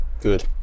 Good